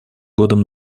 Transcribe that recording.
годом